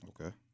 Okay